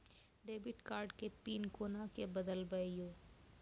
Debit card के PIN कोना के बदलबै यो?